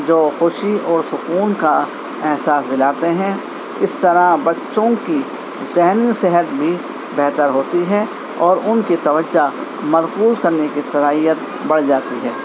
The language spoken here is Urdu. جو خوشی اور سکون کا احساس دلاتے ہیں اس طرح بچوں کی ذہنی صحت بھی بہتر ہوتی ہے اور ان کی توجہ مرکوز کرنے کی صلاحیت بڑھ جاتی ہے